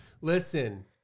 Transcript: Listen